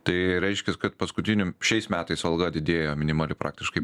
tai reiškias kad paskutiniu šiais metais alga didėja minimali praktiškai